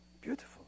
Beautiful